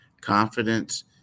confidence